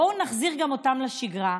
בואו נחזיר גם אותם לשגרה,